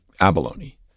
abalone